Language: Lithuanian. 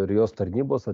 ir jos tarnybos